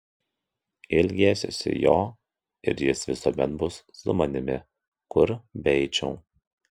ilgėsiuosi jo ir jis visuomet bus su manimi kur beeičiau